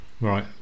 right